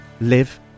live